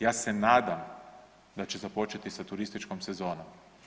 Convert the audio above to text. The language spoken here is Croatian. Ja se nadam da će započeti sa turističkom sezonom.